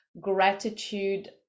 gratitude